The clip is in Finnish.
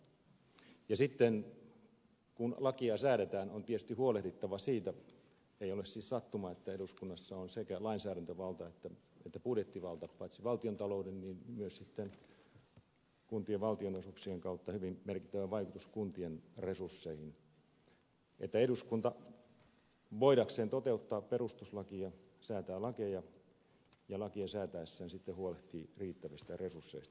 sitten kun lakia säädetään on tietysti huolehdittava siitä ei ole siis sattuma että eduskunnassa on sekä lainsäädäntövalta että budjettivalta ja paitsi valtiontalouden niin myös sitten kuntien valtionosuuksien kautta hyvin merkittävä vaikutus kuntien resursseihin että eduskunta voidakseen toteuttaa perustuslakia säätää lakeja ja lakia säätäessään sitten huolehtii riittävistä resursseista